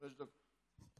חמש דקות.